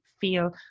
feel